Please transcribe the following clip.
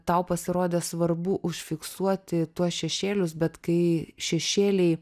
tau pasirodė svarbu užfiksuoti tuos šešėlius bet kai šešėliai